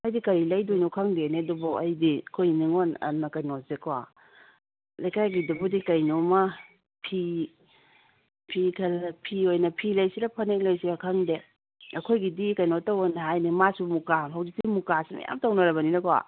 ꯑꯩꯗꯤ ꯀꯔꯤ ꯂꯩꯗꯣꯏꯅꯣ ꯈꯪꯗꯦꯅꯦ ꯑꯗꯨꯕꯣ ꯑꯩꯗꯤ ꯑꯩꯈꯣꯏ ꯅꯤꯡꯉꯣꯜ ꯀꯩꯅꯣꯁꯦꯀꯣ ꯂꯩꯀꯥꯏꯒꯤꯗꯨꯕꯨꯗꯤ ꯀꯩꯅꯣꯝꯃ ꯐꯤ ꯂꯩꯁꯤꯔꯥ ꯐꯅꯦꯛ ꯂꯩꯁꯤꯔꯥ ꯈꯪꯗꯦ ꯑꯩꯈꯣꯏꯒꯤꯗꯤ ꯀꯩꯅꯣ ꯇꯧꯔꯣꯅ ꯍꯥꯏꯅꯦ ꯃꯥꯁꯨ ꯃꯨꯛꯀꯥ ꯍꯧꯖꯤꯛꯇꯤ ꯃꯨꯛꯀꯥꯁꯤ ꯃꯌꯥꯝ ꯇꯧꯅꯔꯕꯅꯤꯅꯀꯣ